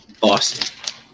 Boston